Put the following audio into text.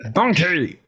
Donkey